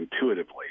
intuitively